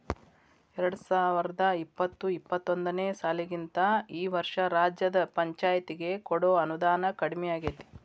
ಎರ್ಡ್ಸಾವರ್ದಾ ಇಪ್ಪತ್ತು ಇಪ್ಪತ್ತೊಂದನೇ ಸಾಲಿಗಿಂತಾ ಈ ವರ್ಷ ರಾಜ್ಯದ್ ಪಂಛಾಯ್ತಿಗೆ ಕೊಡೊ ಅನುದಾನಾ ಕಡ್ಮಿಯಾಗೆತಿ